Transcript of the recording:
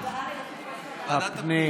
הפנים,